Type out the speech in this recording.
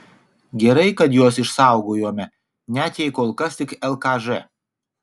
gerai kad juos išsaugojome net jei kol kas tik lkž